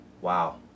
wow